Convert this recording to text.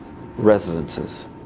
residences